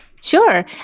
Sure